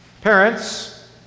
Parents